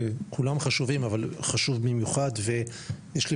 כולם חשובים אבל חשוב במיוחד ויש לי